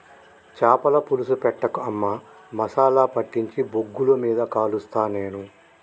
చాపల పులుసు పెట్టకు అమ్మా మసాలా పట్టించి బొగ్గుల మీద కలుస్తా నేను